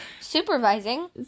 Supervising